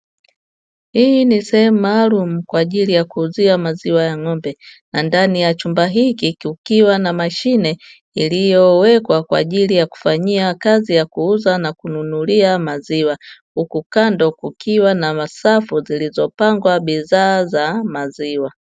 Hii ni sehemu maalum kwaajili ya kuuzia maziwa ya ng'ombe na ndani ya chumba hichi, kukiwa na mashine iliyowekwa kwaajili ya kufanyia kazi ya kununulia maziwa, huku kando kukiwa na safu zilizopangwa bidhaa za maziwa.